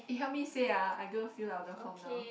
eh help me say ah I'm going to fill up the form now